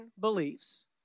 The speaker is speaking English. beliefs